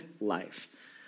life